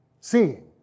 seeing